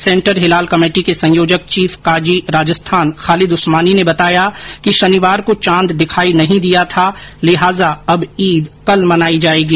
centre Hilal committee के संयोजक chief काजी राजस्थान खालिद उस्मानी ने बताया कि शनिवार को चांद दिखाई नहीं दिया था लिहाजा अब ईद कल मनाई जायेगी